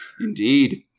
Indeed